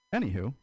Anywho